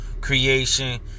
creation